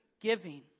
giving